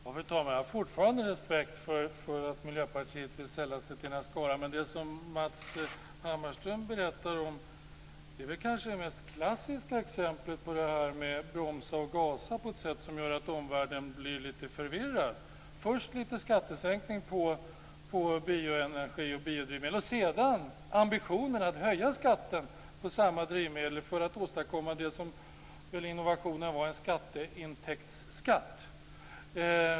Fru talman! Jag har fortfarande respekt för att Miljöpartiet vill sälla sig till den här skaran, men det som Matz Hammarström berättar om är väl det kanske mest klassiska exemplet på att man bromsar och gasar på ett sätt som gör omvärlden lite förvirrad. Först vill man ha lite skattesänkning på bioenergi och biodrivmedel, och sedan har man ambitionen att höja skatten för samma drivmedel för att åstadkomma - som väl innovationen löd - en skatteintäktsskatt.